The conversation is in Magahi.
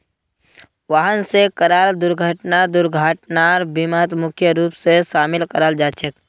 वाहन स कराल दुर्घटना दुर्घटनार बीमात मुख्य रूप स शामिल कराल जा छेक